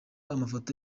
amafoto